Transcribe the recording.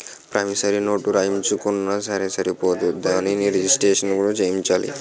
promissory note రాయించుకున్నా సరే సరిపోదు దానిని రిజిస్ట్రేషను సేయించాలట